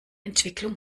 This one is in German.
entwicklung